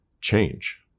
change